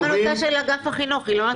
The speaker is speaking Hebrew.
גם בנושא של אגף החינוך היא לא ענתה.